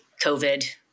COVID